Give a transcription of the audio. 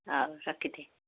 ହେଉ ରଖିଦେ